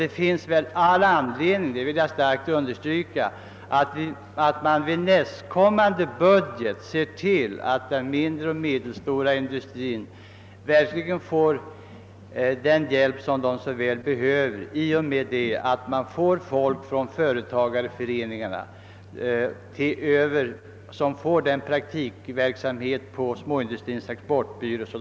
Det finns anledning — det vill jag kraftigt understryka — att i nästkommande budget se till, att den mindre och medelstora industrin verkligen får den hjälp som den så väl behöver genom att folk från företagarföreningarna sätts in på praktikverksamhet på småindustrins exportbyrå.